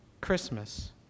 Christmas